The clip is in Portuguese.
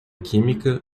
química